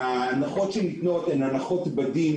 ההנחות הן בדין